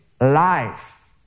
life